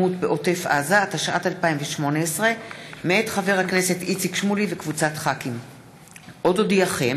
איתן ברושי, סתיו שפיר, איציק שמולי, תמר זנדברג,